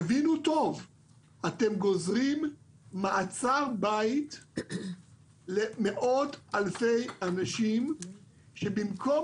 תבינו טוב שאתם גוזרים מעצר בית למאות אלפי אנשים שבמקום